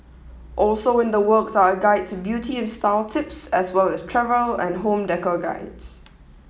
also in the works are a guide to beauty and style tips as well as travel and home decor guides